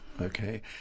Okay